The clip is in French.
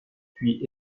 puis